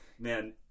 Man